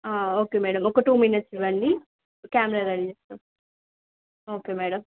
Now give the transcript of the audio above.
okay madam ఒక two minutes ఇవ్వండి camera ready చేస్తాం ఓకే మేడమ్